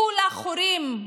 כולה חורים.